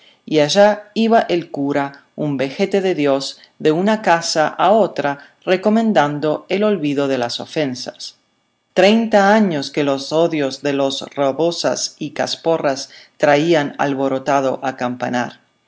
y allá iba el cura un vejete de dios de una casa a otra recomendando el olvido de las ofensas treinta años que los odios de los rabosas y casporras traían alborotado